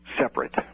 separate